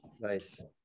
nice